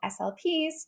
SLPs